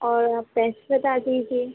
और आप पैसे बता दीजिए